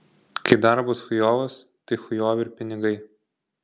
kai darbas chujovas tai chujovi ir pinigai